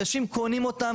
אנשים קונים אותם,